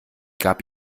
gab